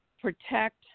protect